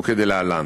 הוא כדלהלן: